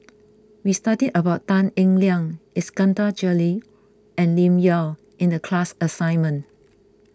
we studied about Tan Eng Liang Iskandar Jalil and Lim Yau in the class assignment